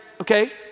Okay